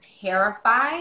terrified